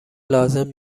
لازم